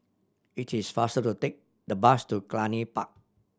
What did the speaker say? it is faster to take the bus to Cluny Park